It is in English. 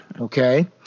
Okay